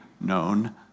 known